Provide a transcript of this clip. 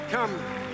Come